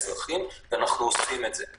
ואנחנו עושים את זה.